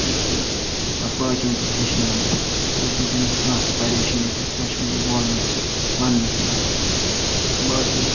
یُتھ سُہ پتہٕ باقین تہِ ہیٚچھنایہِ یُتھ نہٕ تٔمِس کانٛہہ تہِ پریشٲنی گَژھہِ کشمیری بولنَس تہٕ وننَس منٛز باقی